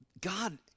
God